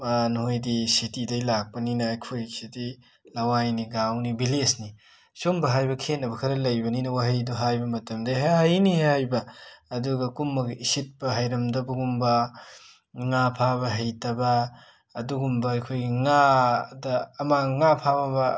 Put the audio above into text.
ꯅꯣꯏꯗꯤ ꯁꯤꯇꯤꯗꯒꯤ ꯂꯥꯛꯄꯅꯤꯅ ꯑꯩꯈꯣꯏꯁꯤꯗꯤ ꯂꯋꯥꯏꯅꯤ ꯒꯥꯎꯅꯤ ꯕꯤꯂꯦꯖꯅꯤ ꯁꯤꯒꯨꯝꯕ ꯍꯥꯏꯕ ꯈꯦꯠꯅꯕ ꯈꯔ ꯂꯩꯕꯅꯤꯅ ꯋꯥꯍꯩꯗꯣ ꯍꯥꯏꯕ ꯃꯇꯝꯗ ꯍꯦꯛ ꯍꯩꯅꯤꯅ ꯍꯥꯏꯕ ꯑꯗꯨꯒ ꯀꯨꯝꯃꯒ ꯏꯁꯤꯠꯄ ꯍꯩꯔꯝꯗꯕꯒꯨꯝꯕ ꯉꯥ ꯐꯥꯕ ꯍꯩꯇꯕ ꯑꯗꯨꯒꯨꯝꯕ ꯑꯩꯈꯣꯏꯒꯤ ꯉꯥ ꯐꯥꯕ